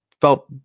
felt